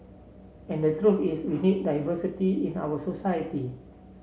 and the truth is we need diversity in our society